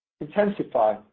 intensify